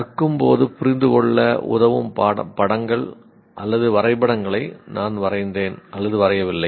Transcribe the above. கற்கும்போது புரிந்துகொள்ள உதவும் படங்கள் அல்லது வரைபடங்களை நான் வரைந்தேன்அல்லது வரையவில்லை